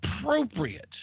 appropriate